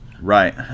right